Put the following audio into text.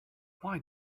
why